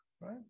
right